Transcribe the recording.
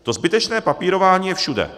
To zbytečné papírování je všude.